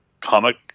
comic